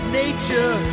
nature